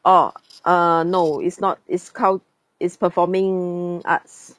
oh uh no it's not it's car~ it's performing arts